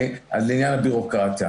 זה על עניין הביורוקרטיה